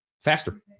faster